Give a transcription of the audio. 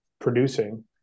producing